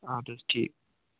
اَدٕ حظ ٹھیٖک